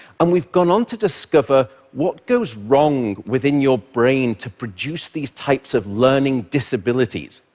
and we've gone on to discover what goes wrong within your brain to produce these types of learning disabilities.